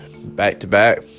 back-to-back